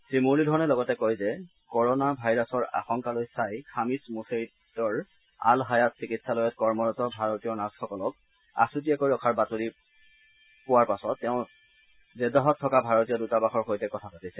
শ্ৰীমুৰুলীধৰণে লগতে কয় যে কোৰোনা ভাইৰাছৰ আশংকালৈ চাই খামিছ মুছেইটৰ আল হায়াট চিকিৎসালয়ত কৰ্মৰত ভাৰতীয় নাৰ্ছসকলক আছুতীয়াকৈ ৰখাৰ বাতৰি পোৱাৰ পাছত তেওঁ জেন্দাহত থকা ভাৰতীয় দৃতাবাসৰ সৈতে কথা পাতিছে